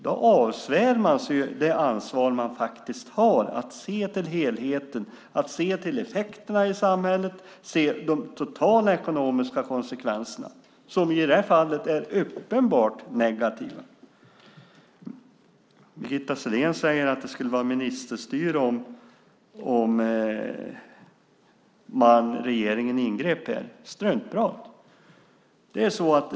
Då avsvär man sig det ansvar man faktiskt har att se helheten, att se effekterna i samhället och att se de totala ekonomiska konsekvenserna som i det här fallet är uppenbart negativa. Birgitta Sellén säger att det skulle vara ministerstyre om regeringen ingrep här. Struntprat!